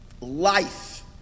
life